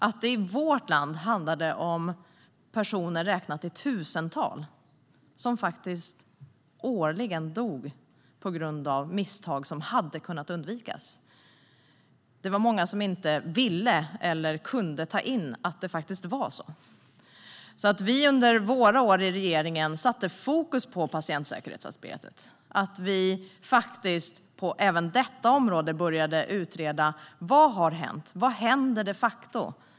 Att det i vårt land handlade om personer räknade i tusental som faktiskt årligen dog på grund av misstag som hade kunnat undvikas var det många som inte ville eller kunde ta in. Under våra år i regeringen satte vi fokus på patientsäkerhetsarbetet. Vi började även på detta område utreda: Vad har hänt? Vad händer de facto?